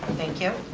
thank you.